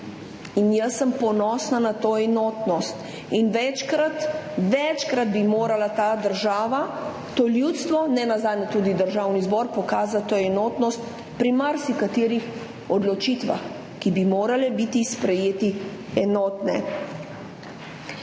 in jaz sem ponosna na to enotnost. Večkrat bi morala ta država, to ljudstvo, nenazadnje tudi Državni zbor pokazati to enotnost pri marsikaterih odločitvah, ki bi morale biti sprejete enotno.